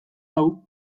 hau